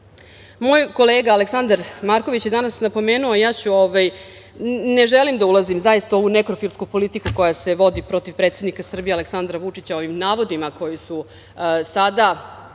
moj kolega Aleksandar Marković je danas napomenuo, ne želim da ulazim zaista u ovu nekrofilsku politiku koja se vodi protiv predsednika Srbije Aleksandra Vučića, ovim navodima koji su sada